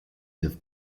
have